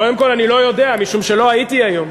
קודם כול, אני לא יודע משום שלא הייתי היום.